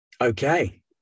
okay